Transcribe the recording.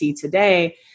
Today